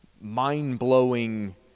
mind-blowing